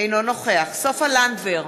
אינו נוכח סופה לנדבר,